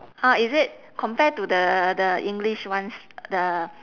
ah is it compare to the the english ones the